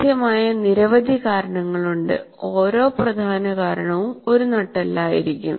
സാധ്യമായ നിരവധി കാരണങ്ങളുണ്ട് ഓരോ പ്രധാന കാരണവും ഒരു നട്ടെല്ല് ആയിരിക്കും